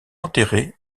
enterré